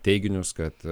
teiginius kad